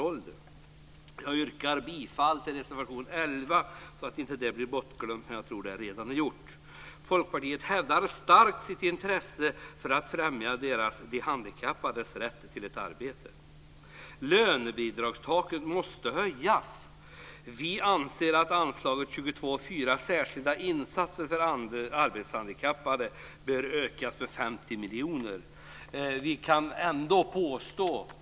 Jag yrkar bifall till reservation nr 11 så att detta inte blir bortglömt. Folkpartiet hävdar starkt sitt intresse för att främja de handikappades rätt till ett arbete. Lönebidragstaket måste höjas. Vi anser att anslaget 22:4 Särskilda insatser för arbetshandikappade bör höjas med 50 miljoner kronor.